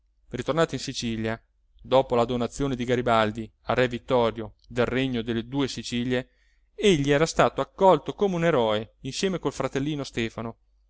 ritornato in sicilia dopo la donazione di garibaldi a re vittorio del regno delle due sicilie egli era stato accolto come un eroe insieme col fratellino stefano